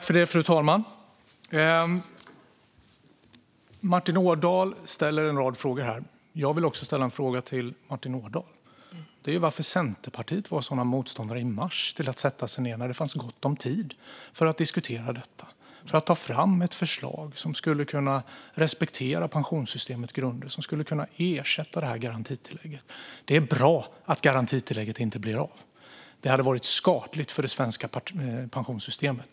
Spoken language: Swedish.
Fru talman! Martin Ådahl ställer en rad frågor här. Jag vill också ställa en fråga till Martin Ådahl. Den är varför Centerpartiet var sådana motståndare i mars till att sätta sig ned, när det fanns gott om tid, och diskutera detta och ta fram ett förslag som skulle kunna respektera pensionssystemets grunder och ersätta det här garantitillägget? Det är bra att garantitillägget inte blir av. Det hade varit skadligt för det svenska pensionssystemet.